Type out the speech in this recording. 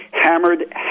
hammered